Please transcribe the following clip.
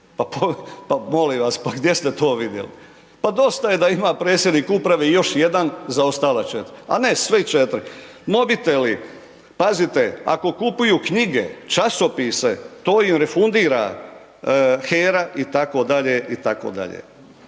pa molim vas, gdje ste to vidjeli. Pa dosta je da ima predsjednik uprave još jedan za ostala četiri, a ne svih četiri, mobiteli, pazite ako kupuju knjige, časopise to im refundira HERA itd., itd. Dakle,